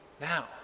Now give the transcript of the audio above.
Now